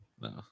No